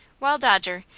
while dodger,